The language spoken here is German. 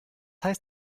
heißt